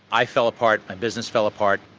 i fell apart, my business fell apart,